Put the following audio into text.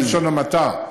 בלשון המעטה,